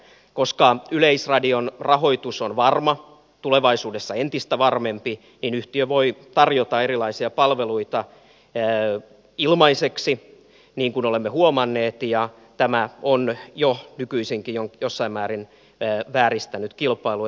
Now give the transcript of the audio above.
koska yleisradion rahoitus on varma tulevaisuudessa entistä varmempi niin yhtiö voi tarjota erilaisia palveluita ilmaiseksi niin kuin olemme huomanneet ja tämä on jo nykyisinkin jossain määrin vääristänyt kilpailua